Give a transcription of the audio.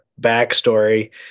backstory